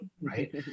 right